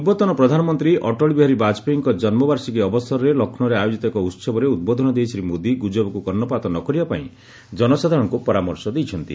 ପୂର୍ବତନ ପ୍ରଧାନମନ୍ତ୍ରୀ ଅଟଳ ବିହାରୀ ବାଜପେୟୀଙ୍କ ଜନ୍ମ ବାର୍ଷିକୀ ଅବସରରେ ଲକ୍ଷ୍ନୌରେ ଆୟୋଜିତ ଏକ ଉହବରେ ଉଦ୍ବୋଧନ ଦେଇ ଶ୍ରୀ ମୋଦୀ ଗୁଜବକୁ କର୍ଷପାତ ନ କରିବା ପାଇଁ ଜନସାଧାରଣଙ୍କୁ ପରାମର୍ଶ ଦେଇଛନ୍ତି